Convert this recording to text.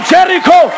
Jericho